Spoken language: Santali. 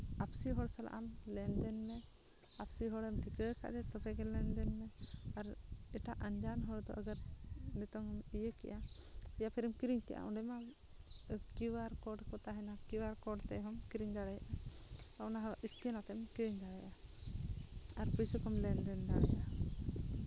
ᱟᱯᱥᱤ ᱦᱚᱲ ᱥᱟᱞᱟᱜ ᱞᱮᱱᱫᱮᱱ ᱢᱮ ᱟᱹᱯᱥᱤ ᱦᱚᱲᱮᱢ ᱴᱷᱤᱠᱟᱹ ᱠᱟᱫᱮᱭᱟ ᱛᱚᱵᱮ ᱡᱟᱱᱟᱝ ᱜᱮ ᱧᱮᱞᱢᱮ ᱮᱴᱟᱜ ᱟᱱᱡᱟᱱ ᱦᱚᱲ ᱫᱚ ᱟᱜᱟᱨ ᱱᱤᱛᱚᱜ ᱤᱭᱟᱹ ᱠᱮᱫᱼᱟ ᱯᱷᱤᱨ ᱠᱤᱨᱤᱧ ᱠᱮᱫᱼᱟ ᱚᱸᱰᱮ ᱢᱟ ᱠᱤᱭᱩᱟᱨ ᱠᱳᱰ ᱠᱚ ᱛᱟᱦᱮᱱᱟ ᱠᱤᱭᱩ ᱟᱨ ᱠᱳᱰ ᱛᱮᱦᱚᱢ ᱠᱤᱨᱤᱧ ᱫᱟᱲᱮᱭᱟᱜᱼᱟ ᱚᱱᱟ ᱦᱚᱸ ᱥᱠᱮᱱ ᱟᱛᱮᱫ ᱮᱢ ᱠᱤᱨᱤᱧ ᱫᱟᱲᱮᱭᱟᱜᱼᱟ ᱟᱨ ᱯᱩᱭᱥᱟᱹ ᱠᱚᱢ ᱞᱮᱱᱫᱮᱱ ᱫᱟᱲᱮᱭᱟᱜᱼᱟ